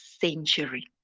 century